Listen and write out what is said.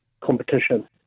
competition